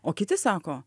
o kiti sako